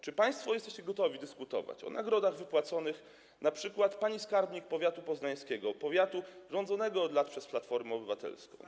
Czy państwo jesteście gotowi dyskutować o nagrodach wypłaconych np. pani skarbnik powiatu poznańskiego, powiatu rządzonego od lat przez Platformę Obywatelską.